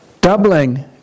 doubling